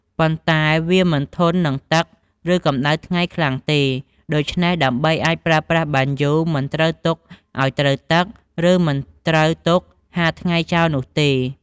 ប៉ុន្តែវាមិនធន់នឹងទឹក ឬកម្តៅថ្ងៃខ្លាំងទេ ដូច្នេះដើម្បីអាចប្រើប្រាស់បានយូរ មិនត្រូវទុកឲ្យត្រូវទឹក ឬមិនត្រូវទុកហាលថ្ងៃចោលនោះទេ។